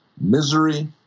misery